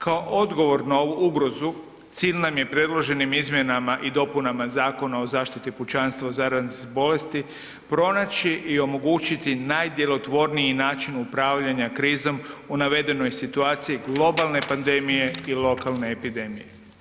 Kao odgovor na ovu ugrozu cilj nam je predloženim izmjenama i dopunama Zakona o zaštiti pučanstva od zaraznih bolesti pronaći i omogućiti najdjelotvorniji način upravljanja krizom u navedenoj situaciji globalne pandemije i lokalne epidemije.